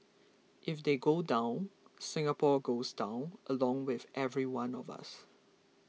if they go down Singapore goes down along with every one of us